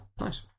nice